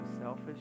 selfish